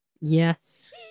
Yes